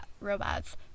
Robots